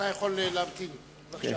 בבקשה,